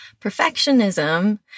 Perfectionism